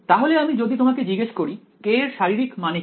তাহলে আমি যদি তোমাকে জিজ্ঞেস করি k এর শারীরিক মানে কি